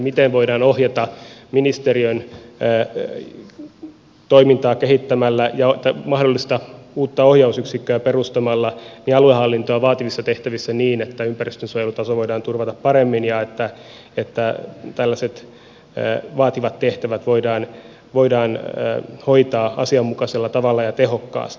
miten voidaan ohjata ministeriön toimintaa kehittämällä ja mahdollinen uusi ohjausyksikkö perustamalla aluehallintoa vaativissa tehtävissä niin että ympäristönsuojelutaso voidaan turvata paremmin ja miten tällaiset vaativat tehtävät voidaan hoitaa asianmukaisella tavalla ja tehokkaasti